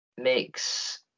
makes